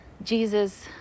Jesus